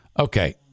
Okay